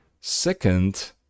second